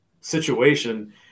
situation